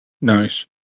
Nice